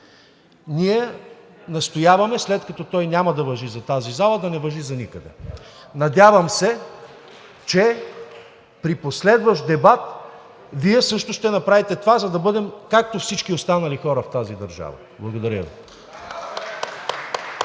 Ние настояваме, след като той няма да важи за тази зала, да не важи за никъде. Надявам се, че при последващ дебат Вие също ще направите това, за да бъдем както всички останали хора в тази държава. Благодаря Ви.